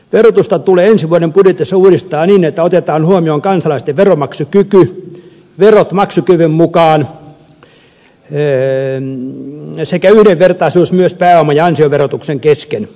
verotusta tulee ensi vuoden budjetissa uudistaa niin että otetaan huomioon kansalaisten veronmaksukyky verot maksukyvyn mukaan sekä yhdenvertaisuus myös pääoma ja ansiotuloverotuksen kesken